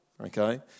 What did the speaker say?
okay